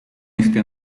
este